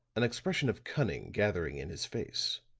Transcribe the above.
an expression of cunning gathering in his face.